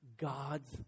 God's